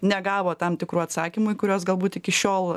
negavo tam tikrų atsakymų į kuriuos galbūt iki šiol